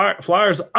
Flyers